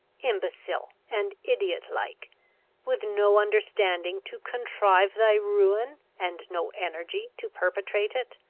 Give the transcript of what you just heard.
imbecile, and idiot-like, with no understanding to contrive thy ruin, and no energy to perpetrate it?